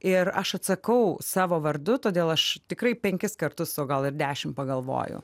ir aš atsakau savo vardu todėl aš tikrai penkis kartus o gal ir dešim pagalvoju